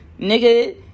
Nigga